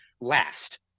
last